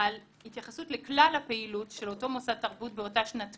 על התייחסות לכלל הפעילות של אותו מוסד תרבות באותה שנת תמיכה.